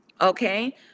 Okay